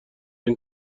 این